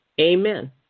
Amen